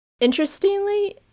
Interestingly